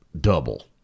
double